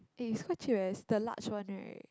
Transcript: eh it's quite cheap eh it's the large one right